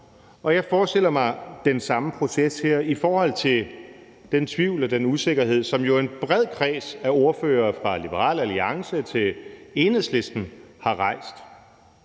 jeg forestiller mig den samme proces her i forhold til den tvivl og den usikkerhed, som en bred kreds af ordførere fra Liberal Alliance til Enhedslisten har rejst.